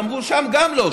אז אמרו: גם שם לא,